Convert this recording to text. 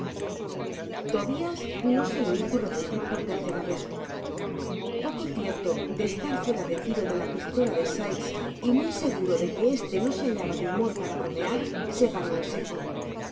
tubias no se lo hizo repetir por la tercera vez poco cierto de estar fuera do tiro de la pistola do sikes y muy seguro de que este no se hallaba de humor para bromear se paró en seco